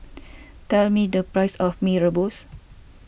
tell me the price of Mee Rebus